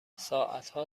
ساعتها